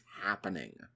happening